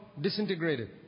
disintegrated